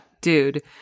Dude